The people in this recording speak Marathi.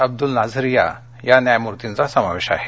अब्दल नाझीरया न्यायमूर्तींचा समावेश आहे